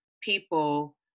people